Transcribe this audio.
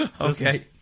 Okay